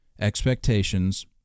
expectations